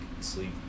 sleep